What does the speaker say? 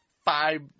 Five